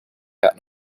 gaat